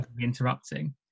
interrupting